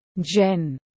Jen